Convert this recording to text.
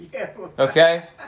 Okay